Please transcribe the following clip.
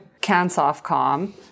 Cansoftcom